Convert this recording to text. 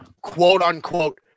quote-unquote